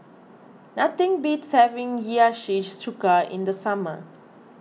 nothing beats having Hiyashi Chuka in the summer